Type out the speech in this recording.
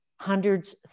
hundreds